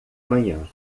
manhã